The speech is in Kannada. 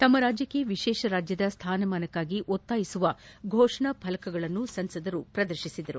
ತಮ್ಮ ರಾಜ್ಯಕ್ಷೆ ವಿಶೇಷ ರಾಜ್ಯದ ಸ್ಥಾನಮಾನಕ್ಕಾಗಿ ಒತ್ತಾಯಿಸುವ ಫೋಷಣಾ ಫಲಕಗಳನ್ನು ಸಂಸದರು ಪ್ರದರ್ಶಿಸಿದರು